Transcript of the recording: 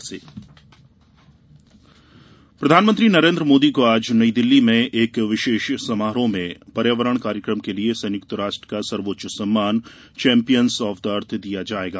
Modi award प्रधानमंत्री नरेंद्र मोदी को आज नई दिल्ली में एक विशेष समारोह में पर्यावरण कार्यक्रम के लिए संयुक्त राष्ट्र का सर्वोच्च सम्मान चैंपियन्स ऑफ द अर्थ दिया जायेगा